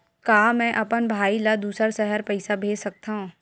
का मैं अपन भाई ल दुसर शहर पईसा भेज सकथव?